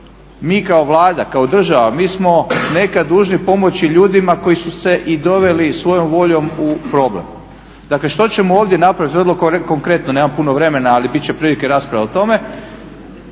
mi kao Vlada, kao država mi smo nekad dužni pomoći ljudima koji su se i doveli svojom voljom u problem. Dakle što ćemo ovdje napraviti, vrlo konkretno nemam puno vremena, ali biti će prilike rasprava o tome.